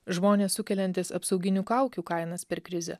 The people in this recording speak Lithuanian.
žmonės sukeliantys apsauginių kaukių kainas per krizę